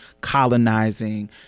colonizing